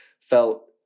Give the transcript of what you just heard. felt